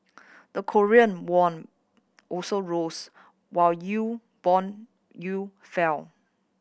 the Korean won also rose while you bond you fell